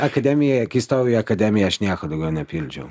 akademiją kai stojau į akademiją aš nieko daugiau nepildžiau